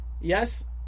Yes